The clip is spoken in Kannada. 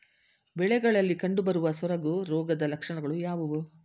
ಬೆಳೆಗಳಲ್ಲಿ ಕಂಡುಬರುವ ಸೊರಗು ರೋಗದ ಲಕ್ಷಣಗಳು ಯಾವುವು?